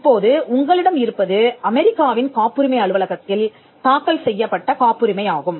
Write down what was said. இப்போது உங்களிடம் இருப்பது அமெரிக்காவின் காப்புரிமை அலுவலகத்தில் தாக்கல் செய்யப்பட்ட காப்புரிமை ஆகும்